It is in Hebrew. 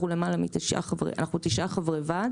אנחנו תשעה חברי ועד